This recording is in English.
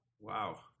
Wow